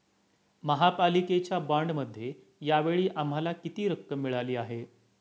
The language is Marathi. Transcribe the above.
महापालिकेच्या बाँडमध्ये या वेळी आम्हाला किती रक्कम मिळाली आहे?